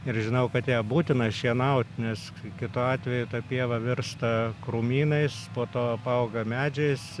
ir žinau kad ją būtina šienaut nes kitu atveju ta pieva virsta krūmynais po to apauga medžiais